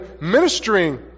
ministering